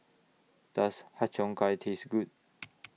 Does Har Cheong Gai Taste Good